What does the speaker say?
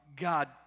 God